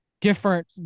different